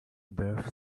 birth